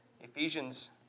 Ephesians